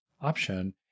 option